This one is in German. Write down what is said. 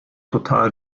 total